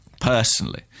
personally